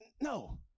No